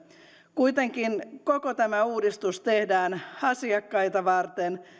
kuitenkin koko tämä uudistus tehdään asiakkaita varten